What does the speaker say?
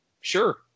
sure